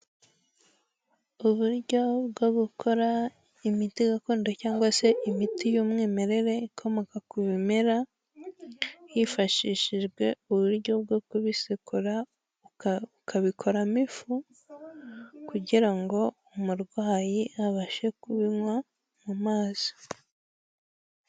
Uburyo bwo gukora imiti gakondo cyangwa se imiti y'umwimerere ikomoka ku bimera hifashishijwe uburyo bwo kubisekura, ukabikoramo ifu kugira ngo umurwayi abashe kubinywa mu mazi.